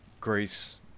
Greece